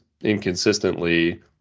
inconsistently